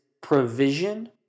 provision